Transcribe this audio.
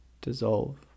dissolve